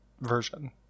version